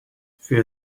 für